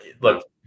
Look